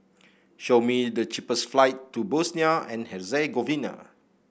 show me the cheapest flight to Bosnia and Herzegovina